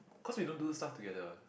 cause we don't do stuff together